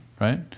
right